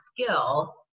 skill